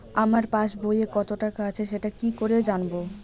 আমার পাসবইয়ে কত টাকা আছে সেটা কি করে জানবো?